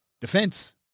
defense